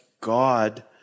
God